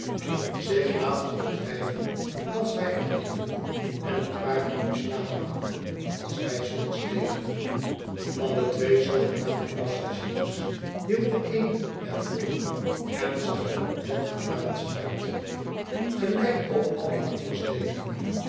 zich latende drijven als wij dreven en een paar riemslagen doende als wij zuiks deden van de twee zoogenaamde passagiers hield de een het roer en zag oplettend naar ons uit gelijk ook al de roeiers deden